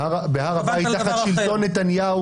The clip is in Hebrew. חברת הכנסת סטרוק, את בקריאה שנייה.